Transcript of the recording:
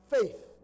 faith